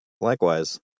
Likewise